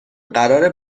قراره